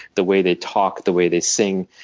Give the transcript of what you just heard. the way they talk, the way they sing.